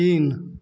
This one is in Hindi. तीन